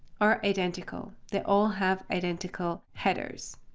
are identical. they all have identical headers.